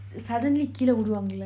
suddenly கீழ விழுவங்கள:keela vizhuvangala